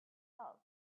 love